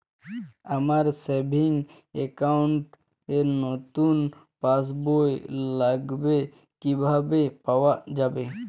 আমার savings account র নতুন পাসবই লাগবে কিভাবে পাওয়া যাবে?